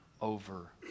over